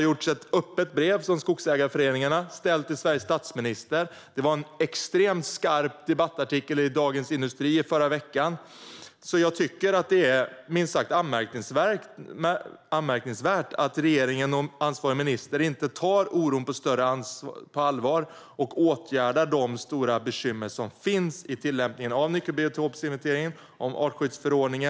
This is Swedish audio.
Skogsägarföreningarna har ställt ett öppet brev till Sveriges statsminister. Det kom också en extremt skarp debattartikel i Dagens industri förra veckan. Jag tycker att det är minst sagt anmärkningsvärt att regeringen och ansvarig minister inte tar oron på större allvar och åtgärdar de stora bekymmer som finns i tillämpningen av nyckelbiotopsinventeringen och artskyddsförordningen.